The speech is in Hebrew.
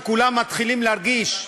שכולם מתחילים להרגיש,